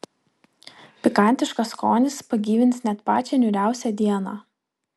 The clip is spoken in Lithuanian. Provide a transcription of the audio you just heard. pikantiškas skonis pagyvins net pačią niūriausią dieną